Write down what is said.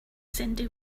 cyndi